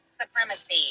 supremacy